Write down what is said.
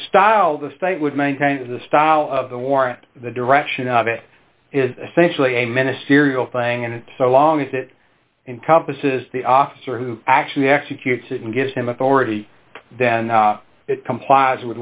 the style the state would maintain is the style of the warrant the direction of it is essentially a ministerial thing and so long as it encompasses the officer who actually executes and gives him authority then it complie